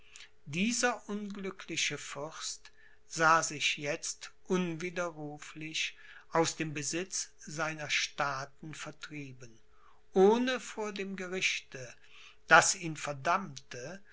dieser unglückliche fürst sah sich jetzt unwiderruflich aus dem besitz seiner staaten vertrieben ohne vor dem gerichte das ihn verdammte